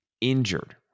injured